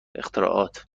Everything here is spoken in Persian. اختراعات